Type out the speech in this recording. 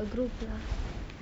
you should tell in the group